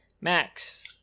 Max